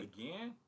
Again